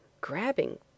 grabbing